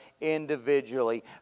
individually